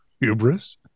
hubris